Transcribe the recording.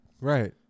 Right